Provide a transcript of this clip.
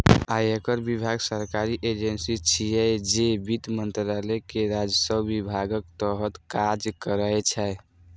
आयकर विभाग सरकारी एजेंसी छियै, जे वित्त मंत्रालय के राजस्व विभागक तहत काज करै छै